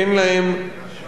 אלה שאין להם,